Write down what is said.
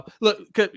Look